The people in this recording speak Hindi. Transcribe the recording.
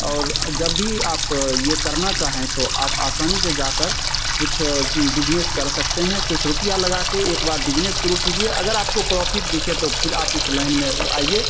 और जब भी आप यह करना चाहें तो आप आसानी से जा कर कुछ बिजनेस कर सकते हैं कुछ रुपये लगा कर एक बार बिजनेस शुरू कीजिए अगर आपको प्रॉफिट दिखे तो फिर आप इस लाइन में आइए